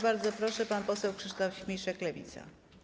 Bardzo proszę, pan poseł Krzysztof Śmiszek, Lewica.